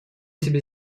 себе